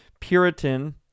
Puritan